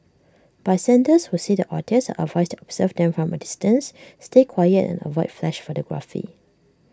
bystanders who see the otters are advised to observe them from A distance stay quiet and avoid flash photography